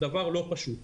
דבר לא פשוט.